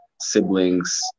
siblings